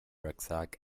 rucksack